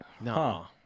No